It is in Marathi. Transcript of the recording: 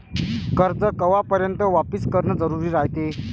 कर्ज कवापर्यंत वापिस करन जरुरी रायते?